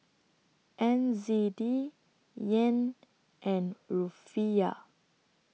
N Z D Yen and Rufiyaa